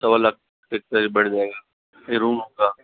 सवा लाख तक का ही पड़ जायेगा सिर्फ रूम का